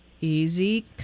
Easy